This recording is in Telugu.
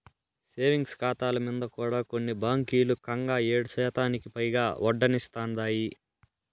సేవింగ్స్ కాతాల మింద కూడా కొన్ని బాంకీలు కంగా ఏడుశాతానికి పైగా ఒడ్డనిస్తాందాయి